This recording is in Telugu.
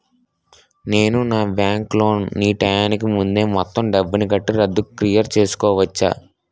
నేను నా బ్యాంక్ లోన్ నీ టైం కీ ముందే మొత్తం డబ్బుని కట్టి రద్దు క్లియర్ చేసుకోవచ్చా?